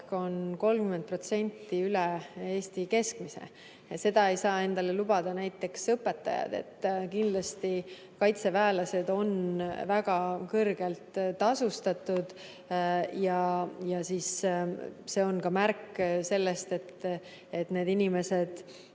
on 30% üle Eesti keskmise. Seda ei saa endale lubada näiteks õpetajad. Kindlasti on kaitseväelased väga kõrgelt tasustatud ja see on ka märk sellest, et need inimesed